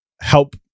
help